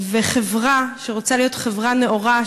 חברה שרוצה להיות חברה נאורה,